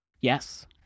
yes